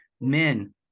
men